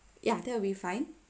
ya that will be fine